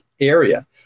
area